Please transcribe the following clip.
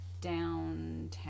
downtown